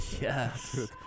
Yes